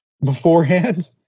beforehand